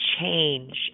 change